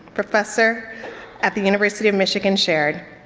professor at the university of michigan shared,